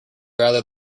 rather